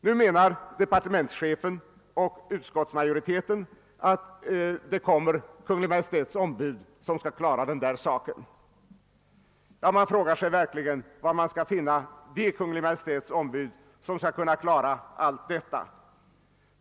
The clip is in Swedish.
Nu menar departementschefen och utskottsmajoriteten att Kungl. Maj:ts ombud skall klara den här saken, men man frågar sig verkligen var det Kungl. Maj:ts ombud står att finna som skall kunna klara allt detta.